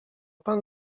pan